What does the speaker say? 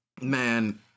Man